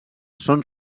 són